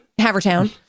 Havertown